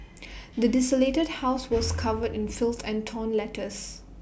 the desolated house was covered in filth and torn letters